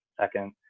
second